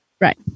right